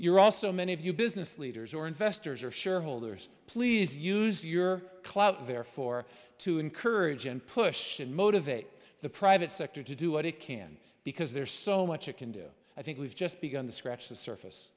your also many of your business leaders or investors or shareholders please use your clout therefore to encourage and push and motivate the private sector to do what it can because there's so much you can do i think we've just begun to scratch the surface